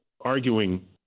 arguing